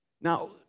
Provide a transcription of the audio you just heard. Now